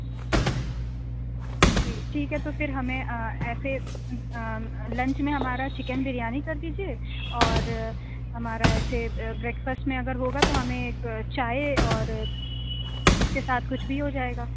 جی ٹھیک ہے تو پھر ہمیں ایسے لنچ میں ہمارا چکن بریانی کر دیجیے اور ہمارا ایسے بریک فسٹ میں اگر ہوگا تو ہمیں ایک چائے اور اُس کے ساتھ کچھ بھی ہو جائے گا